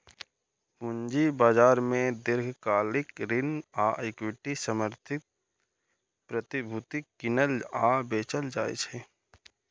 पूंजी बाजार मे दीर्घकालिक ऋण आ इक्विटी समर्थित प्रतिभूति कीनल आ बेचल जाइ छै